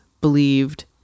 believed